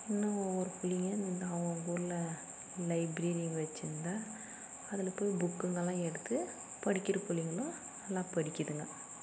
இன்னும் ஒவ்வொரு புள்ளைங்க இந்த அவங்க ஊரில் லைப்ரெரி வச்சிருந்தா அதில் போய் புக்குங்கல்லாம் எடுத்து படிக்கிற புள்ளைங்களும் நல்லாப் படிக்கிதுங்க